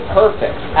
perfect